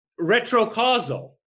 retrocausal